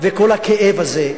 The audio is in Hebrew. וכל הכאב הזה,